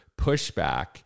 pushback